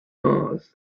mars